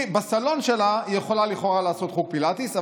בסלון שלה היא לכאורה יכולה לעשות חוג פילאטיס,